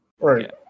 Right